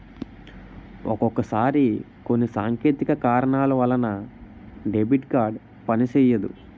ఒక్కొక్కసారి కొన్ని సాంకేతిక కారణాల వలన డెబిట్ కార్డు పనిసెయ్యదు